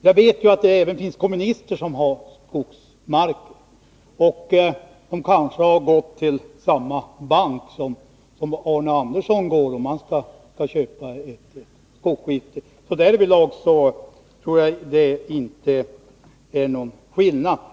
Jag vet att det finns också kommunister som har skogsmark och som kanske gått till samma bank som Arne Andersson i Ljung går till om han skall köpa ett skogsskifte. Därvidlag tror jag inte att det är någon skillnad.